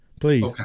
Please